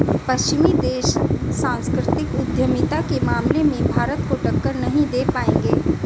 पश्चिमी देश सांस्कृतिक उद्यमिता के मामले में भारत को टक्कर नहीं दे पाएंगे